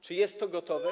Czy jest to gotowe?